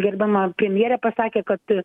gerbiama premjerė pasakė kad